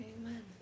Amen